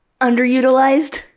Underutilized